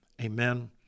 Amen